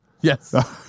Yes